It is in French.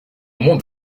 monde